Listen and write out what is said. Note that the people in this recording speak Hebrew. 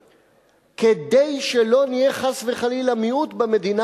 כדי שלא נהיה חס וחלילה מיעוט במדינה,